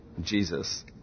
Jesus